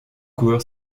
coureur